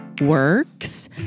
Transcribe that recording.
Works